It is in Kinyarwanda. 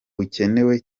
bukenewe